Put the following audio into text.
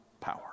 power